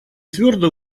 твердо